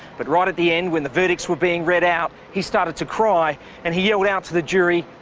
but right at the end when the verdicts were being read out, he started to cry and he yelled out to the jury,